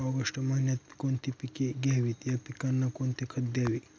August महिन्यात कोणती पिके घ्यावीत? या पिकांना कोणते खत द्यावे?